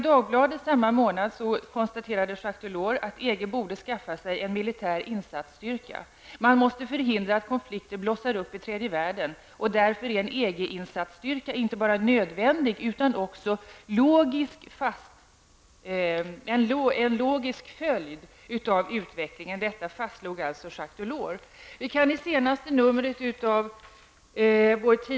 Jacques Delors att EG borde skaffa sig en militär insatsstyrka. Enligt Delors måste man förhindra att konflikter blossar upp i tredje världen, och därför är en EG-insatsstyrka inte bara nödvändig utan också en logisk följd av utvecklingen.